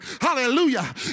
Hallelujah